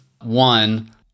one